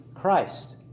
Christ